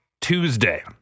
Tuesday